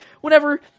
whenever